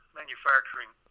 manufacturing